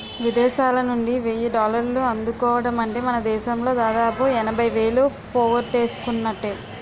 విదేశాలనుండి వెయ్యి డాలర్లు అందుకోవడమంటే మనదేశంలో దాదాపు ఎనభై వేలు పోగేసుకున్నట్టే